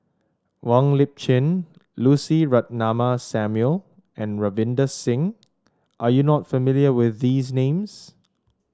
Wong Lip Chin Lucy Ratnammah Samuel and Ravinder Singh are you not familiar with these names